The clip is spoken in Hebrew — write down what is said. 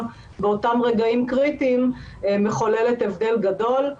באותם רגעים קריטיים מחוללת הבדל גדול.